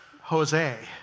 Jose